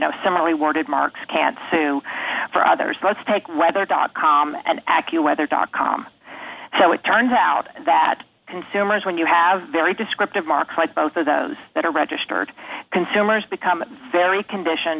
know some rewarded marks can't sue for others let's take weather dot com and accu weather dot com so it turns out that consumers when you have very descriptive marks like both of those that are registered consumers become very condition